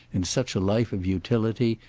in such a life of utility,